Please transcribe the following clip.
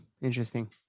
Interesting